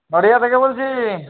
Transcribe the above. নদীয়া থেকে বলছি